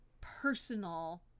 personal